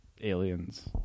aliens